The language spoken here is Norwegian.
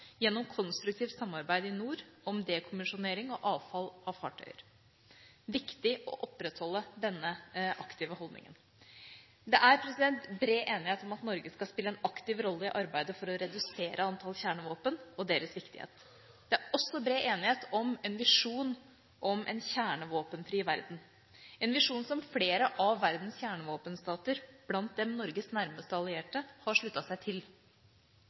gjennom konstruktivt samarbeid i nord om dekommisjonering av og avfall fra fartøyer. Det er viktig å opprettholde denne aktive holdningen. Det er bred enighet om at Norge skal spille en aktiv rolle i arbeidet for å redusere antall kjernevåpen og deres viktighet. Det er også bred enighet om en visjon om en kjernevåpenfri verden, en visjon som flere av verdens kjernevåpenstater, blant dem Norges nærmeste allierte, har sluttet seg til.